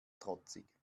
trotzig